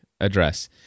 address